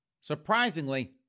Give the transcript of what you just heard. Surprisingly